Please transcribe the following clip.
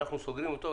אנחנו סוגרים אותו.